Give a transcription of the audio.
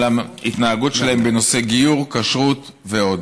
על ההתנהגות שלהם בנושא גיור, כשרות ועוד.